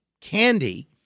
candy